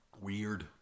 Weird